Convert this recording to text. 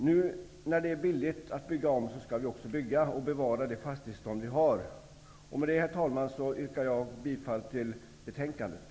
När det nu är billigt att bygga om skall vi också bygga och bevara det fastighetsbestånd vi har. Med det, herr talman, yrkar jag bifall till utskottets hemställan.